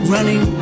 Running